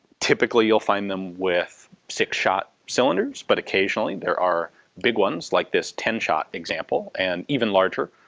typically you'll find them with six shot cylinders, but occasionally there are big ones, like this ten shot example, and even larger.